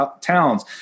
towns